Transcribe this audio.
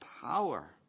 power